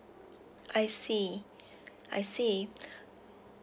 I see I see